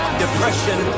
depression